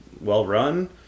well-run